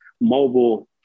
mobile